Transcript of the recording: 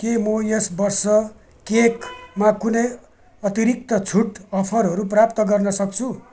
के म यस वर्ष केकमा कुनै अतिरिक्त छुट अफरहरू प्राप्त गर्नसक्छु